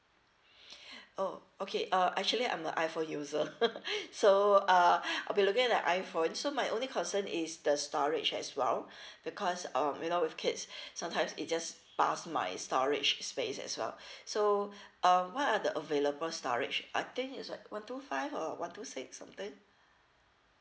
oh okay uh actually I'm a iphone user so uh I'll be looking at iphone so my only concern is the storage as well because um you know with kids sometimes it just pass my storage space as well so uh what are the available storage I think is like one two five or one two six something